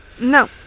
No